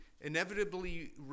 inevitably